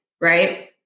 right